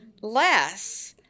less